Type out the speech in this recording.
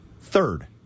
Third